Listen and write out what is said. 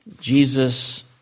Jesus